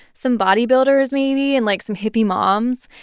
some bodybuilders maybe and, like, some hippie moms.